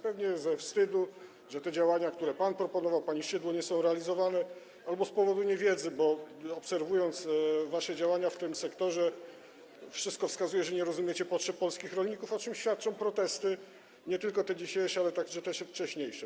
Pewnie ze wstydu, że te działania, które pan proponował, pani Szydło proponowała, nie są realizowane, albo z powodu niewiedzy, bo gdy obserwuje się wasze działania w tym sektorze, wszystko wskazuje na to, że nie rozumiecie potrzeb polskich rolników, o czym świadczą protesty nie tylko te dzisiejsze, ale także wcześniejsze.